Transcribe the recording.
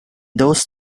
those